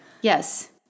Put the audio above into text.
yes